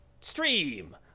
stream